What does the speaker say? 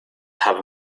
have